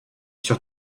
sur